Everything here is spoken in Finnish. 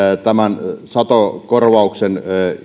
tämän satokorvauksen